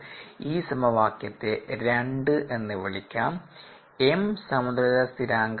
ഈ സമവാക്യത്തെ 2 എന്നു വിളിക്കാം m സമതുലിത സ്ഥിരാങ്കം ആണ്